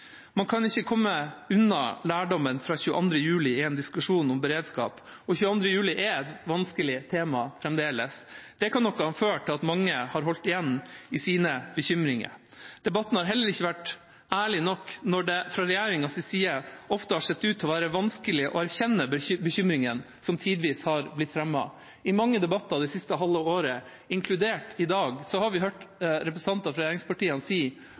Man kan ikke komme unna lærdommen fra 22. juli i en diskusjon om beredskap, og 22. juli er et vanskelig tema fremdeles. Det kan nok ha ført til at mange har holdt igjen sine bekymringer. Debatten har heller ikke vært ærlig nok fra regjeringas side når det ofte har sett ut til å være vanskelig å erkjenne bekymringene som tidvis har blitt fremmet. I mange debatter det siste halve året, inkludert i dag, har vi hørt representanter for regjeringspartiene si